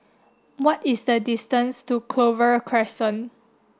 what is the distance to Clover Crescent